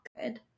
good